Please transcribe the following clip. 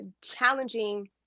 challenging